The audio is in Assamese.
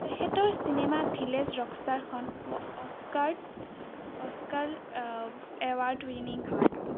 তেখেতৰ চিনেমা ভিলজ ৰকসষ্টাৰখন অস্কাৰ এৱাৰৰ্ড উইনিং হয়